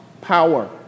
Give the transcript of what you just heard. power